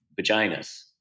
vaginas